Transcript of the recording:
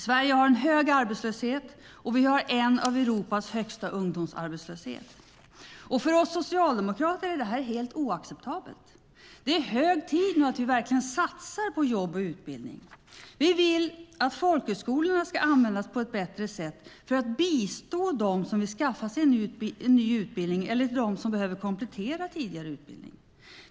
Sverige har en hög arbetslöshet, och vi är ett av de länder i Europa som har högst ungdomsarbetslöshet. För oss socialdemokrater är detta helt oacceptabelt. Det är hög tid att satsa på jobb och utbildning. Vi vill att folkhögskolorna ska användas på ett bättre sätt för att bistå dem som vill skaffa sig en ny utbildning eller till dem som behöver komplettera tidigare utbildning.